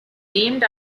named